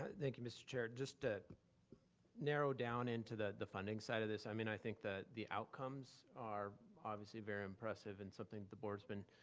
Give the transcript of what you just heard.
thank you, mr. chair. just to narrow down into the the funding side of this. i mean, i think that the outcomes are obviously very impressive and something the board's been